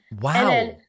Wow